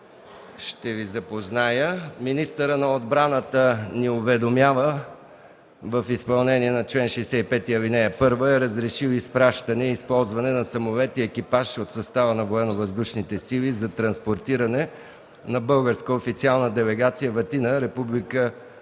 едно съобщение. Министърът на отбраната ни уведомява, че в изпълнение на чл. 65, ал. 1 е разрешил изпращане и използване на самолет и екипаж от състава на Военновъздушните сили за транспортиране на българска официална делегация в Атина, Република